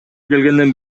келгенден